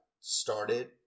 started